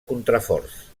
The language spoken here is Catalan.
contraforts